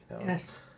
yes